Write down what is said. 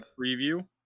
preview